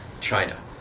China